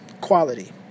quality